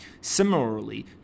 Similarly